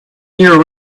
year